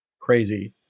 crazy